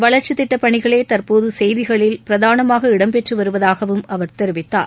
வளர்ச்சித் திட்ட பணிகளே தற்போது செய்திகளில் பிரதானமாக இடம்பெற்று வருவதாகவும் அவர் தெரிவித்தார்